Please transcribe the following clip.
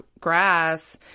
grass